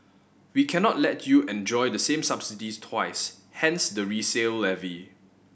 we cannot let you enjoy the same subsidies twice hence the resale levy